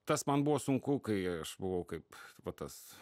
tas man buvo sunku kai aš buvau kaip va tas